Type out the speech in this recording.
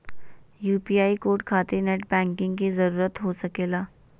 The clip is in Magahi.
यू.पी.आई कोड खातिर नेट बैंकिंग की जरूरत हो सके ला?